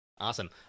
Awesome